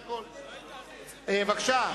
בבקשה.